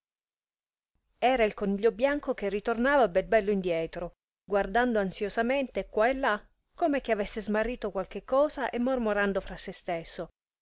era il coniglio bianco che ritornava bel bello indietro guardando ansiosamente quà e là come che avesse smarrito qualche cosa e mormorando fra sè stesso